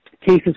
Cases